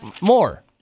More